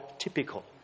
typical